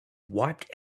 wiped